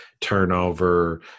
turnover